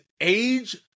age